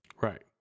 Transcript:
Right